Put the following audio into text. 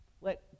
Let